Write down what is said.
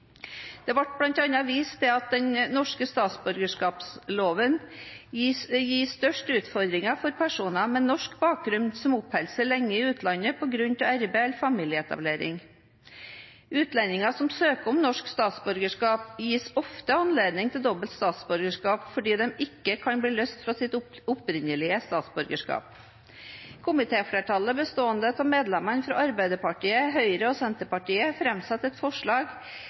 Det ble bl.a. vist til at den norske statsborgerskapsloven gir størst utfordringer for personer med norsk bakgrunn som oppholder seg lenge i utlandet på grunn av arbeid eller familieetablering. Utlendinger som søker om norsk statsborgerskap, gis ofte anledning til dobbelt statsborgerskap fordi de ikke kan bli løst fra sitt opprinnelige statsborgerskap. Komitéflertallet, bestående av medlemmene fra Arbeiderpartiet, Høyre og Senterpartiet, framsetter et forslag